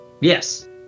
Yes